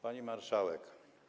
Pani Marszałek!